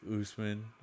Usman